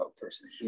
person